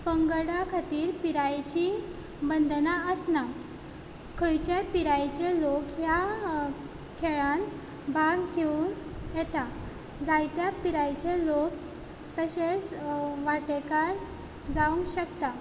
पंगडा खातीर पिरायेची बंधना आसनात खंयच्याय पिरायेचे लोक ह्या खेळान भाग घेवूं येता जायत्या पिरायेचे लोक तशेंच वांटेकार जावंक शकता